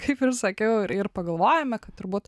kaip ir sakiau ir ir pagalvojome kad turbūt